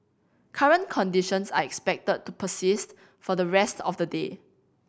current conditions are expected to persist for the rest of the day